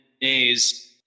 days